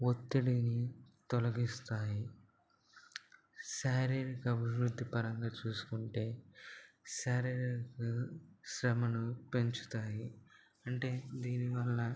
ఒత్తిడిని తొలగిస్తాయి శారీరక అభివృద్ధి పరంగా చూసుకుంటే శారీరక శ్రమను పెంచుతాయి అంటే దీనివల్ల